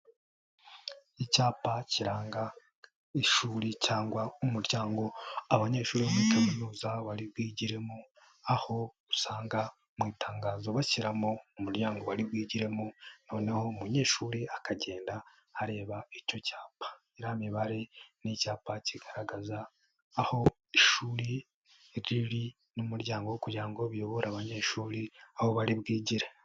Icyapa kiranga ishuri cyangwa umuryango abanyeshuri bo muri kaminuza bari bwigiremo. Aho usanga mu itangazo bashyiramo umuryango bari bwigiremo noneho umunyeshuri akagenda areba icyo cyapa. Ya mibare n'icyapa kigaragaza aho ishuri riri n'umuryango kugira ngo biyobore abanyeshuri aho bari bwigire.